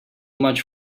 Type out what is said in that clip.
much